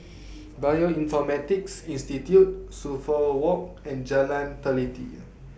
Bioinformatics Institute Suffolk Walk and Jalan Teliti